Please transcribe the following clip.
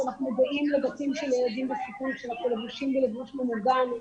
אנחנו באים לבתים של ילדים בסיכון כשאנחנו לבושים בלבוש ממוגן.